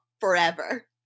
forever